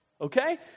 okay